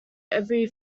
every